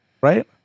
right